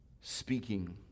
speaking